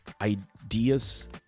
ideas